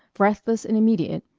breathless and immediate,